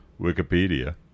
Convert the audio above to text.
Wikipedia